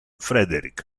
frederick